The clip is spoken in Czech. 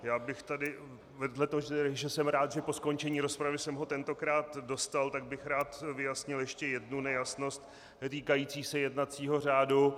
Já bych tady vedle toho, že jsem rád, že po skončení rozpravy jsem ho tentokrát dostal, tak bych rád vyjasnil ještě jednu nejasnost týkající se jednacího řádu.